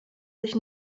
sich